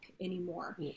anymore